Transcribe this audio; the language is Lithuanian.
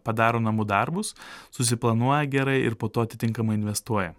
padaro namų darbus susiplanuoja gerai ir po to atitinkamai investuoja